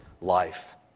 life